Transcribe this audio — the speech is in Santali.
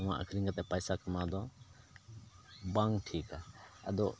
ᱱᱚᱣᱟ ᱟᱠᱷᱨᱤᱧ ᱠᱟᱛᱮᱫ ᱯᱚᱭᱥᱟ ᱠᱟᱢᱟᱣ ᱫᱚ ᱵᱟᱝ ᱴᱷᱤᱠᱼᱟ ᱟᱫᱚ